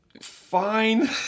fine